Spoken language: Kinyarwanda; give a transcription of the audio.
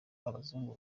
abazungu